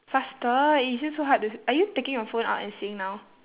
faster is it so hard to are you taking your phone out and seeing now